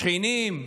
שכנים,